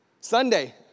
Sunday